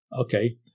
okay